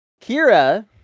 Kira